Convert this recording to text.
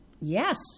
Yes